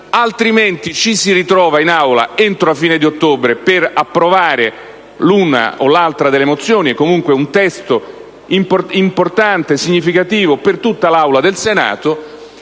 Altrimenti, ci si ritrova in Aula entro la fine di ottobre per approvare l'una o l'altra mozione o comunque un testo importante e significativo per tutta l'Assemblea del Senato.